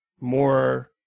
more